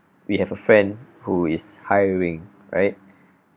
we have a friend who is hiring right